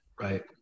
Right